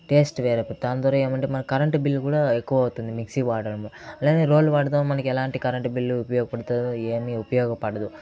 taste వేరే దాని ద్వారా ఏమంటే మనకి కరెంట్ బిల్ కూడా ఎక్కువ అవుతుంది మిక్సీ వాడడం లేదా రోలు వాడదాం మనకి ఎలాంటి కరెంట్ బిల్ ఉపయోగపడతాదో ఇవన్నీ ఉపయోగపడదు